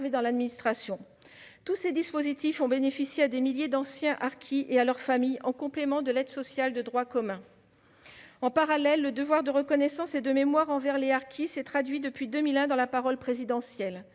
dans l'administration : tous ces dispositifs ont bénéficié à des milliers d'anciens harkis et à leurs familles, en complément de l'aide sociale de droit commun. En parallèle, le devoir de reconnaissance et de mémoire envers les harkis s'est traduit depuis 2001 dans la parole présidentielle.